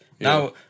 now